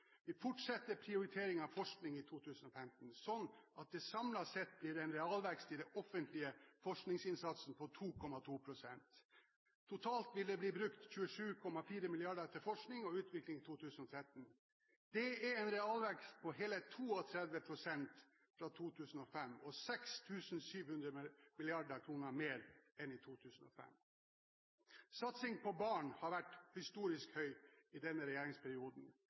Vi fortsetter prioriteringen av forskning i 2013, slik at det samlet sett blir en realvekst i den offentlige forskningsinnsatsen på 2,2 pst. Totalt vil det bli brukt 27,4 mrd. kr til forskning og utvikling i 2013. Dette er en realvekst på hele 32 pst. fra 2005 og 6,7 milliarder kr mer enn i 2005. Satsing på barn har vært historisk høy i denne regjeringsperioden